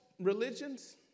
religions